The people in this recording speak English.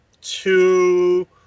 two